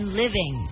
living